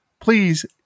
please